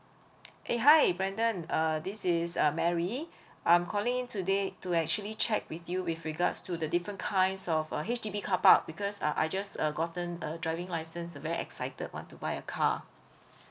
eh hi brandon uh this is uh mary I'm calling in today to actually check with you with regards to the different kinds of uh H_D_B car park because uh I just uh gotten a driving license uh very excited want to buy a car